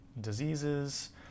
diseases